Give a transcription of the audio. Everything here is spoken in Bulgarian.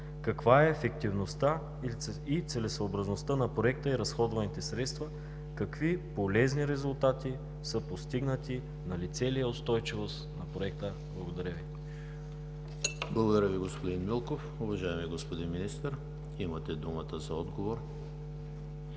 Каква е ефективността и целесъобразността на проекта и разходваните средства? Какви полезни резултати са постигнати? Налице ли е устойчивост на проекта? Благодаря Ви. ПРЕДСЕДАТЕЛ ЕМИЛ ХРИСТОВ: Благодаря Ви, господин Милков. Уважаеми господин Министър, имате думата за отговор.